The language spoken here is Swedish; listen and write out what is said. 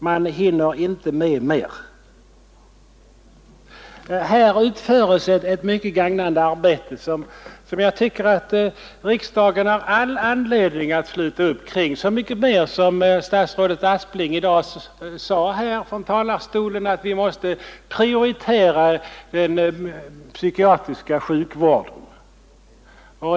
Man hinner inte med mer. Lukasstiftelsen utför här ett mycket gagnande arbete, som jag tycker att riksdagen har all anledning att sluta upp kring, så mycket mer som statsrådet Aspling i dag från talarstolen sade att vi måste prioritera den psykiatriska sjukvården.